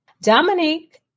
Dominique